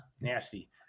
Nasty